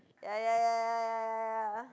ya ya ya ya ya ya ya